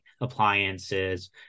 appliances